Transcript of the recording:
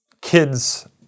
kids